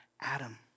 Adam